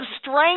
strength